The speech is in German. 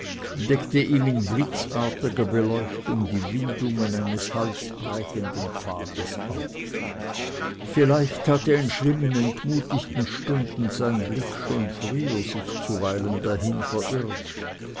ihm in blitzartiger beleuchtung die windungen eines halsbrechenden pfades auf vielleicht hatte in schlimmen entmutigten stunden sein blick schon früher sich zuweilen dahin verirrt